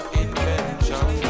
invention